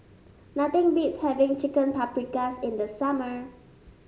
nothing beats having Chicken Paprikas in the summer